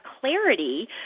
clarity